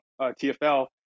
TFL